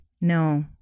no